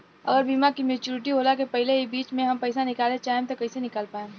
अगर बीमा के मेचूरिटि होला के पहिले ही बीच मे हम पईसा निकाले चाहेम त कइसे निकाल पायेम?